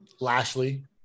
Lashley